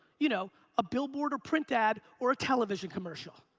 you know a billboard or print ad or a television commercial,